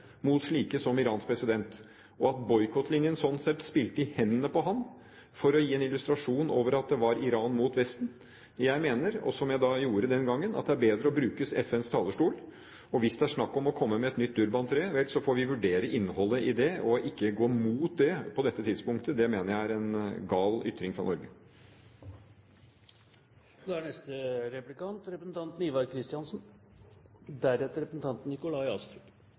mot slike som Irans president, og at boikottlinjen slik sett spilte i hendene på ham for å gi en illustrasjon av at det var Iran mot Vesten. Jeg mener – som jeg gjorde den gangen – at det er bedre å bruke FNs talerstol. Hvis det er snakk om å komme med et nytt Durban 3, får vi vurdere innholdet i det, og ikke gå imot det på dette tidspunktet. Det mener jeg er en gal ytring fra Norge.